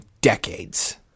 decades